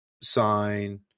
sign